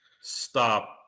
stop